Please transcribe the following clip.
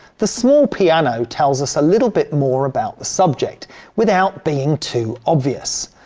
the small piano tells us a little bit more about the subject without being too obvious.